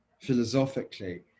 philosophically